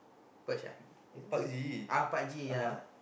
Perch eh what is it ah pak haji ya